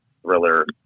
thriller